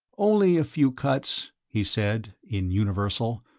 only a few cuts, he said, in universal,